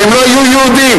והם לא היו יהודים?